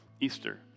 Easter